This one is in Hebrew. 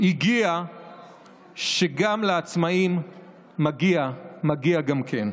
גם לעצמאים מגיע, מגיע גם כן.